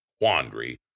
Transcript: quandary